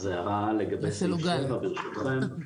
(היו"ר מיכאל מרדכי ביטון)